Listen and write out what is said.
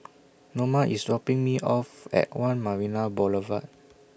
Noma IS dropping Me off At one Marina Boulevard